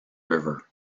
river